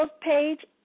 page